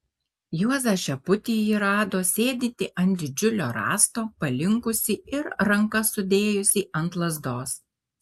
juozą šeputį ji rado sėdintį ant didžiulio rąsto palinkusį ir rankas sudėjusį ant lazdos